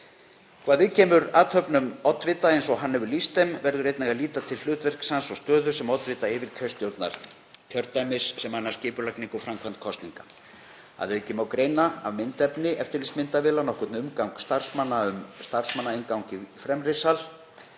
Hvað viðkemur athöfnum oddvita eins og hann hefur lýst þeim verður einnig að líta til hlutverks hans og stöðu sem oddvita yfirkjörstjórnar kjördæmis sem annast skipulagningu og framkvæmd kosninga. Að auki má greina af myndefni eftirlitsmyndavéla nokkurn umgang starfsmanna hótelsins um starfsmannainngang í fremri sal.